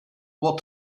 what